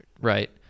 right